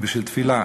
ושל תפילה: